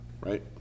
right